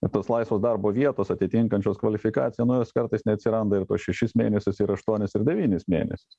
ir tos laisvos darbo vietos atitinkančios kvalifikaciją nu jos kartais neatsiranda ir tuos šešis mėnesius ir aštuonis ir devynis mėnesius